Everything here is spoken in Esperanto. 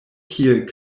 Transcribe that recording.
kiel